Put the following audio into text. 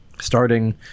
starting